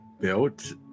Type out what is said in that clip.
built